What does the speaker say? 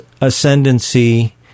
ascendancy